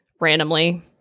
Randomly